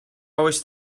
always